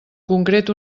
concret